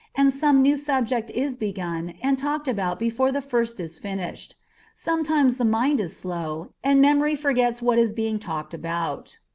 and some new subject is begun and talked about before the first is finished sometimes the mind is slow, and memory forgets what is being talked about.